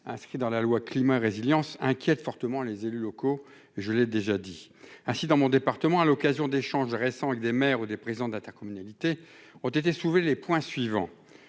inscrit dans la loi climat et résilience inquiète fortement les élus locaux, je l'ai déjà dit ainsi dans mon département, à l'occasion d'échanges avec des maires ou des présidents d'intercommunalités ont été sauvé les points suivants